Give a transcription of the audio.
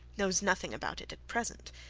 knows nothing about it at present,